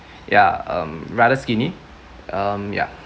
ya um rather skinny um ya